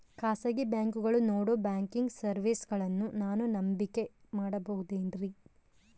ಖಾಸಗಿ ಬ್ಯಾಂಕುಗಳು ನೇಡೋ ಬ್ಯಾಂಕಿಗ್ ಸರ್ವೇಸಗಳನ್ನು ನಾನು ನಂಬಿಕೆ ಮಾಡಬಹುದೇನ್ರಿ?